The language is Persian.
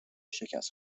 شکست